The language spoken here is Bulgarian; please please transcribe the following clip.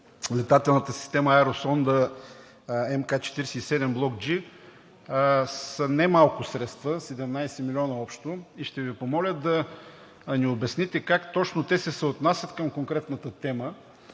летателната система Aerosonde Mk 4.7 Block G, са немалко средства – 17 милиона общо. Ще Ви помоля да ни обясните: как точно те се съотнасят към конкретната тема,